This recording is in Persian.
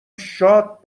شاد